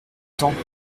temps